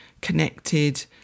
connected